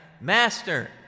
master